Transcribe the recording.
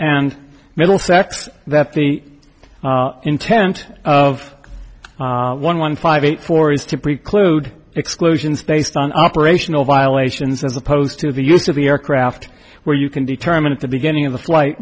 and middlesex that the intent of one one five eight four is to preclude exclusions based on operational violations as opposed to the use of the aircraft where you can determine at the beginning of the flight